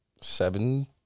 Seven